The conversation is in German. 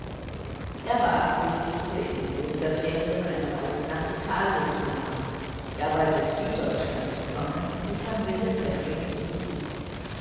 er beabsichtigte in den osterferien eine reise nach italien zu machen dabei durch süddeutschland zu kommen und die familie pfäffling zu besuchen